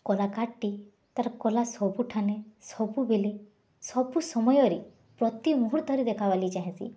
କଲାକାର୍ଟି ତାର୍ କଲା ସବୁଠାନେ ସବୁବେଲେ ସବୁ ସମୟରେ ପ୍ରତି ମୁହୂର୍ତ୍ତରେ ଦେଖାବାର୍ ଲାଗି ଚାହେଁସି